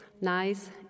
nice